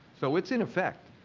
so it's in effect,